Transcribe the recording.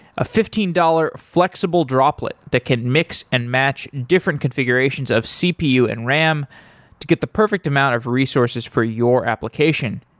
a fifteen dollars flexible droplet that can mix and match different configurations of cpu and ram to get the perfect amount of resources for your application.